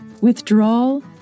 withdrawal